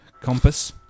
compass